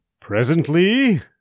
Presently